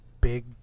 big